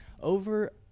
over